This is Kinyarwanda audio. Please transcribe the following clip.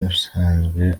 ubusanzwe